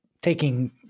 taking